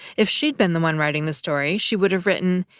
if she had been the one writing the story, she would have written,